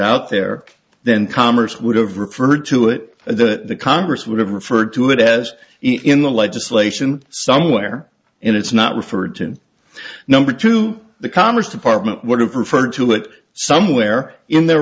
out there then commerce would have referred to it and the congress would have referred to it as in the legislation somewhere in it's not referred to number two the commerce department would have preferred to it somewhere in their